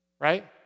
Right